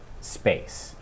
space